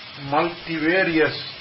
multivarious